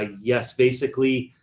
ah yes, basically.